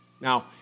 Now